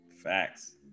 Facts